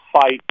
fight